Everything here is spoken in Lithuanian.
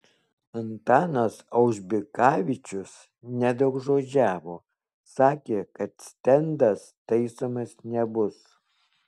antanas aužbikavičius nedaugžodžiavo sakė kad stendas taisomas nebus